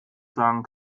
sagen